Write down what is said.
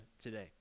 today